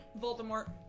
Voldemort